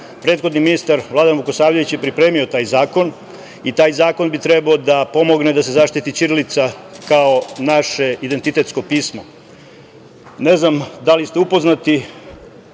Prethodni ministar Vladan Vukosavljević je pripremio taj zakon i taj zakon bi trebao da pomogne da se zaštiti ćirilica kao naše identitetsko pismo. Ne znam da li ste upoznati